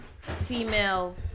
female